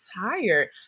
tired